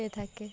হয়ে থাকে